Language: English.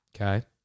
Okay